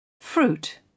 Fruit